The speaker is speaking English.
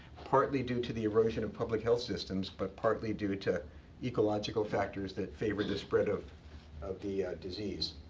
partly due to the erosion of public health systems, but partly due to ecological factors that favor the spread of of the disease.